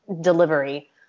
delivery